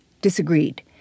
disagreed